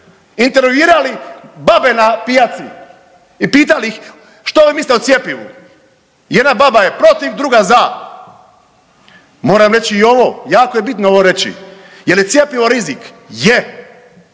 intervjuirali babe na pijaci i pitali ih što misle o cjepivu. Jedna baba je protiv, druga za. Moram reći i ovo, jako je bitno ovo reći jel je cjepivo rizik? Je.